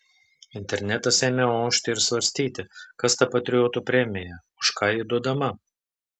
internetas ėmė ošti ir svarstyti kas ta patriotų premija už ką ji duodama